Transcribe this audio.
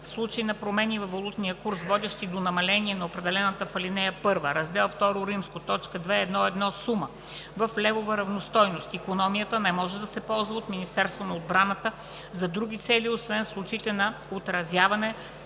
В случай на промени във валутния курс, водещи до намаление на определената в ал. 1, раздел ІІ, т. 2.1.1 сума в левова равностойност, икономията не може да се ползва от Министерството на отбраната за други цели, освен в случаите на отразяване